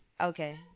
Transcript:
Okay